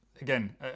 Again